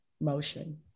motion